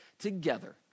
together